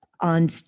on